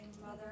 Mother